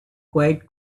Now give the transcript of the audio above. quite